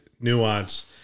Nuance